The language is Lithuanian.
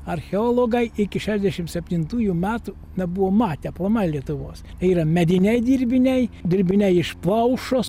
archeologai iki šešdešim septintųjų metų nebuvo matę aplamai lietuvos yra mediniai dirbiniai dirbiniai iš plaušos